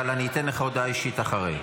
אבל אני אתן לך הודעה אישית אחרי.